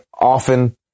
often